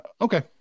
Okay